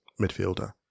midfielder